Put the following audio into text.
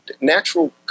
natural